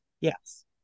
Yes